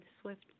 swift